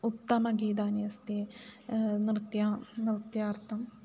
उत्तमगीतानि अस्ति नृत्यं नृत्यार्थं